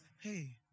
hey